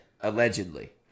Allegedly